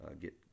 get